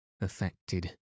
affected